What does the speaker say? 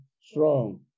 strong